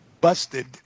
busted